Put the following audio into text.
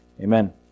Amen